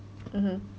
mmhmm